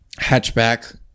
hatchback